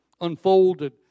unfolded